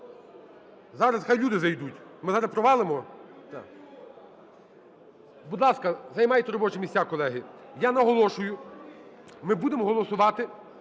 Зараз, нехай люди зайдуть, ми зараз провалимо. Будь ласка, займайте робочі місця, колеги. Я наголошую, ми будемо голосувати